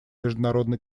международной